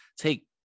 take